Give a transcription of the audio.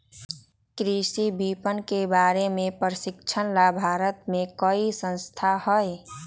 कृषि विपणन के बारे में प्रशिक्षण ला भारत में कई संस्थान हई